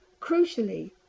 Crucially